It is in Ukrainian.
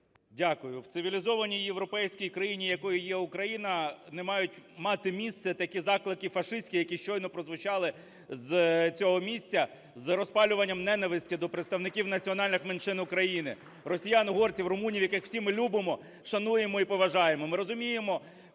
Дякую. В цивілізованій європейській країні, якою є Україна, не мають мати місце такі заклики фашистські, які щойно прозвучали з цього місця з розпалюванням ненависті до представників національних меншин України – росіян, угорців, румунів, яких всі ми любимо, шануємо і поважаємо.